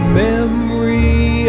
memory